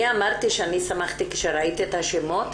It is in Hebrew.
אני אמרתי ששמחתי כשראיתי את השמות,